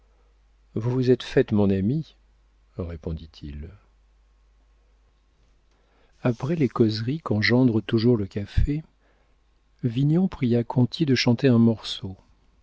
vous vous êtes faite mon amie répondit-il après les causeries qu'engendre toujours le café vignon pria conti de chanter un morceau